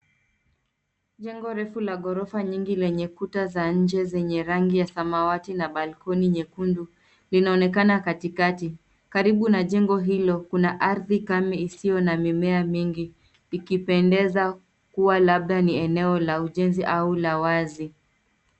Jengo refu la gHorofa nyingi lenye kuta za nje zenye rangi ya samawati na balcony nyekundu linaonekana katikati, karibu na jengo hilo kuna ardhi kame isiyo na mimea mingi ikipendeza kuwa labda ni eneo la ujenzi au la wazi.